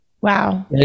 Wow